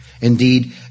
Indeed